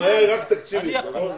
הבעיה היא רק תקציבית, נכון.